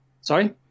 Sorry